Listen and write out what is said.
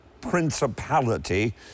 principality